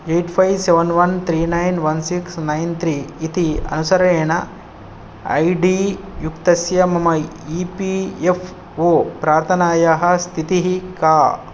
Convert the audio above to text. eight five seven one three nine one six nine three इति अनुसारेण I D युक्तस्य मम ई पी एफ़् ओ प्रार्थनायाः स्थितिः का